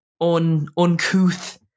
Uncouth